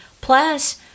plus